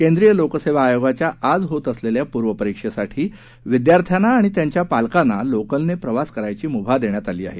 केंद्रीय लोकसेवा आयोगाच्या आज होत असलेल्या पूर्व परिक्षेसाठी विद्यार्थ्यांना आणि त्यांच्या पालकांना लोकलने प्रवास करण्याची मुभा देण्यात आली आहे